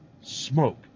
smoke